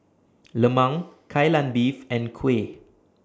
Lemang Kai Lan Beef and Kuih